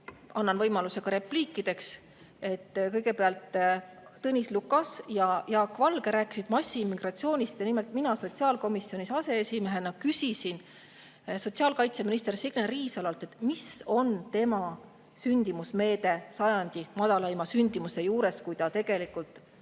Annan võimaluse ka repliikideks. Kõigepealt, Tõnis Lukas ja Jaak Valge rääkisid massiimmigratsioonist. Nimelt, mina sotsiaalkomisjoni aseesimehena küsisin sotsiaalkaitseminister Signe Riisalolt, mis on tema sündimusmeede sajandi madalaima sündimuse juures, kui ta tegelikult